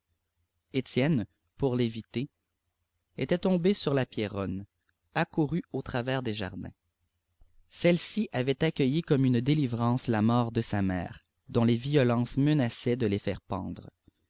étienne pour l'éviter était tombé sur la pierronne accourue au travers des jardins celle-ci avait accueilli comme une délivrance la mort de sa mère dont les violences menaçaient de les faire pendre